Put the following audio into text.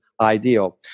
ideal